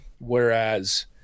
Whereas